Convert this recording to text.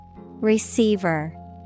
Receiver